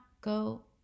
go